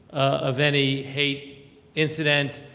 of any hate incident,